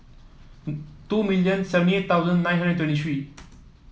two million seventy eight thousand nine hundred twenty three